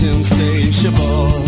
Insatiable